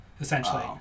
essentially